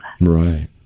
right